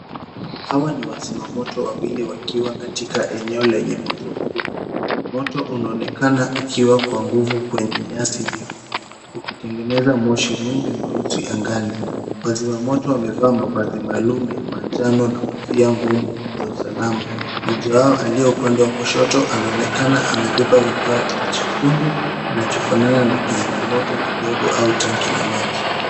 Hawa ni wazima moto wawili wakiwa katika eneo lenye moto mkubwa, moto unaonekana ukiwa kwa nguvu kwenye nyasi mbivu, ukitengeneza moshi mwingi mweusi angani. Wazima moto wamevaa mavazi maalum ya manjano na kofia ngumu za usalama, mmoja wao aliye upande wa kushoto anaonekana amebeba vifaa chekundu kinachofanana na kizima mto kidogo au tanki la maji.